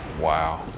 Wow